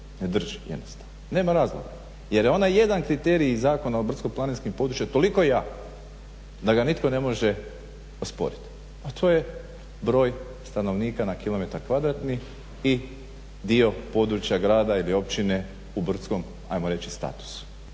ne drži jednostavno, nema razloga jer je onaj jedan kriterij Zakona o brdsko-planinskim područjima toliko jako da ga nitko ne može osporiti, a to je broj stanovnika na kilometar kvadratni i dio područja grada ili općine u brdskom ajmo reći statusu.